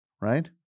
Right